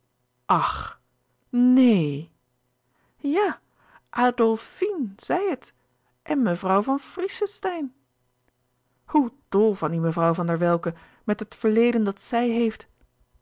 ach neen ja adlfine zei het en mevrouw van friesesteijn hoe dol van die mevrouw van der welcke met het verleden dat zij heeft